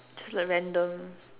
just like random